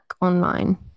online